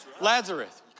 Lazarus